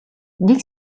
нэг